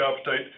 appetite